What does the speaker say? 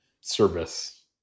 service